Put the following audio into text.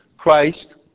Christ